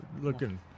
looking